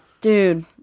Dude